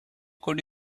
could